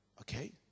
Okay